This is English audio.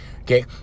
okay